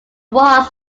walls